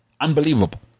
Unbelievable